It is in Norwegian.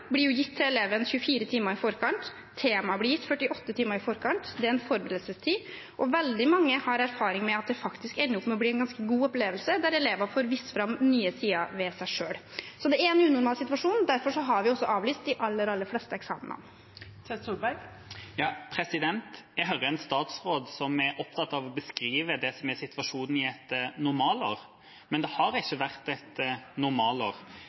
blir gitt til eleven 24 timer i forkant, tema blir gitt 48 timer i forkant, det er en forberedelsestid, og veldig mange har erfaring med at det faktisk ender opp med å bli en ganske god opplevelse, der elever får vist fram nye sider ved seg selv. Det er en unormal situasjon. Derfor har vi også avlyst de aller, aller fleste eksamenene. Jeg hører en statsråd som er opptatt av å beskrive det som er situasjonen i et normalår, men det har ikke vært et normalår,